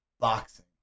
Boxing